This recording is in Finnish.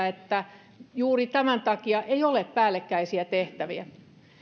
että juuri tämän takia on tärkeätä että ei ole päällekkäisiä tehtäviä